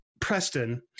Preston